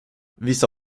visa